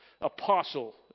apostle